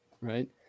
right